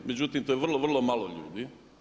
Međutim, to je vrlo, vrlo malo ljudi.